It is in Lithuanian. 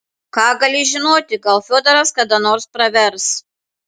ką gali žinoti gal fiodoras kada nors pravers